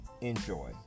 Enjoy